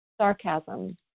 sarcasm